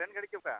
train ᱜᱟᱹᱰᱤ ᱪᱮ ᱚᱠᱟ